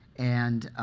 and